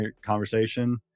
conversation